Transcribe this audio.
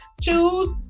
Choose